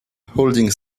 holding